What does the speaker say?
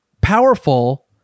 powerful